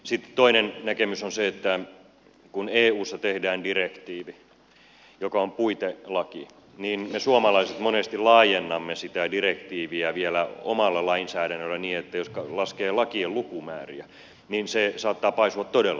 sitten toinen näkemys on se että kun eussa tehdään direktiivi joka on puitelaki me suomalaiset monesti laajennamme sitä direktiiviä vielä omalla lainsäädännöllämme niin että jos laskee lakien lukumääriä se saattaa paisua todella suureksi